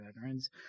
veterans